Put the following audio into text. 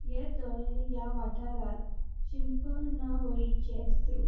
हें तळें ह्या वाठारांत शिंपणावळीचें स्त्रोत